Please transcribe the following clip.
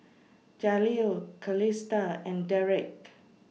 Jaleel Calista and Derick